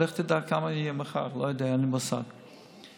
לנשים שהן מוחלשות לאורך כל המשבר הממשלה לא דואגת בחוק הזה.